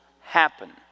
happen